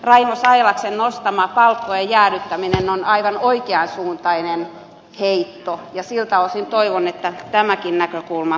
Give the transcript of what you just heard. raimo sailaksen nostama palkkojen jäädyttäminen on aivan oikeansuuntainen heitto ja siltä osin toivon että tämäkin näkökulma huomioidaan